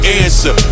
answer